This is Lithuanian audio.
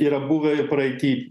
yra buvę ir praeity